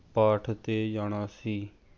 ਪਾਠ 'ਤੇ ਜਾਣਾ ਸੀ